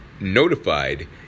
notified